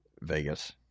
Vegas